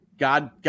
God